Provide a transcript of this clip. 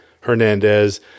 Hernandez